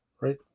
right